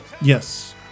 Yes